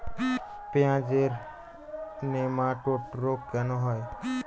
পেঁয়াজের নেমাটোড রোগ কেন হয়?